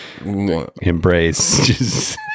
embrace